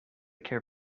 care